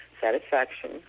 satisfaction